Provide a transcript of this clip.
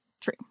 true